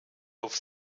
auf